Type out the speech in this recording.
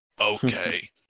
Okay